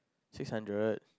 six hundred